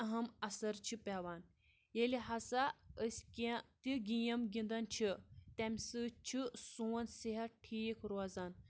اہم اَثر چھُ پٮ۪وان ییٚلہِ ہَسا أسۍ کینٛہہ تہِ گیم گِنٛدان چھِ تَمہِ سۭتۍ چھُ سون صحت ٹھیٖک روزان